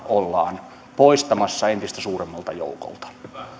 ollaan poistamassa entistä suuremmalta joukolta